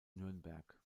nürnberg